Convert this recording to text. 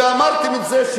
ואמרתם את זה,